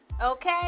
Okay